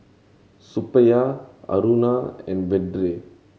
Suppiah Aruna and Vedre